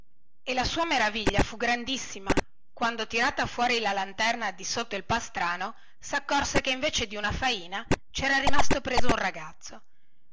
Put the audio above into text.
e la sua maraviglia fu grandissima quando tirata fuori la lanterna di sotto il pastrano saccorse che invece di una faina cera rimasto preso un ragazzo